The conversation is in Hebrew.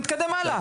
אני מתקדם הלאה.